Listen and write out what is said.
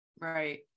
Right